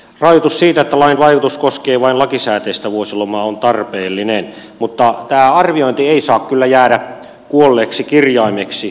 rajoitus siitä että lain vaikutus koskee vain lakisääteistä vuosilomaa on tarpeellinen mutta tämä arviointi ei saa kyllä jäädä kuolleeksi kirjaimeksi